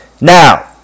Now